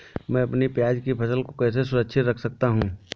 मैं अपनी प्याज की फसल को कैसे सुरक्षित रख सकता हूँ?